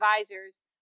advisors